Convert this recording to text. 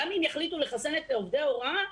גם אם יחליטו לחסן את עובדי ההוראה,